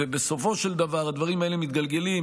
ובסופו של דבר הדברים האלה מתגלגלים